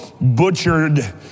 butchered